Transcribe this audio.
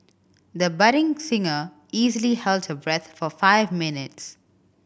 the budding singer easily held her breath for five minutes